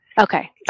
Okay